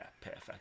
perfect